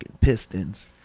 pistons